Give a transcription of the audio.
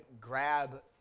grab